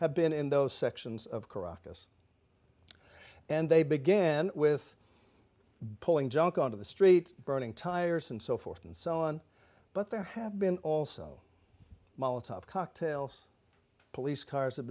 have been in those sections of caracas and they began with pulling junk onto the streets burning tires and so forth and so on but there have been also molotov cocktails police cars have